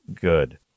good